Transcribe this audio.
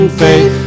faith